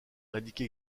indique